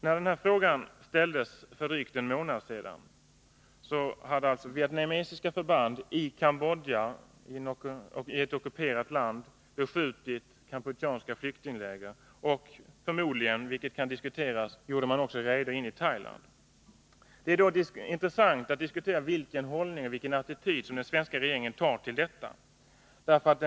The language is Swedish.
När denna fråga ställdes för drygt en månad sedan hade alltså vietnamesiska förband i Kampuchea, ett ockuperat land, beskjutit kampucheanska flyktingläger. Och förmodligen, vilket kan diskuteras, gjorde man också räder in i Thailand. Det är då intressant att diskutera vilken hållning och vilken attityd till detta som den svenska regeringen intar.